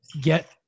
get